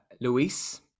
Luis